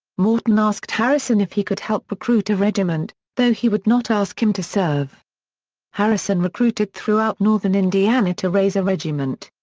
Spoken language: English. morton asked harrison if he could help recruit a regiment, though he would not ask him to serve harrison recruited throughout northern indiana to raise a regiment.